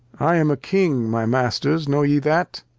i am a king, my masters, know ye that?